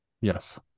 Yes